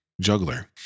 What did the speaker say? juggler